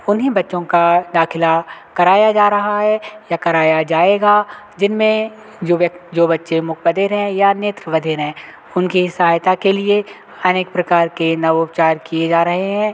उन्हीं बच्चों का दाखिला कराया जा रहा है या कराया जाएगा जिनमें जो जो बच्चे मुख बधिर हैं या नेत्र बधिर हैं उनकी सहायता के लिए अनेक प्रकार के नवउपचार किए जा रहे हैं